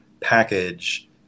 package